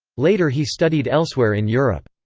later he studied elsewhere in europe.